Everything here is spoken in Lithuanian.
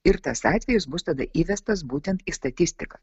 ir tas atvejis bus tada įvestas būtent į statistiką